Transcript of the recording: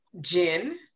gin